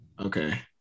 Okay